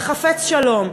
וחפץ שלום,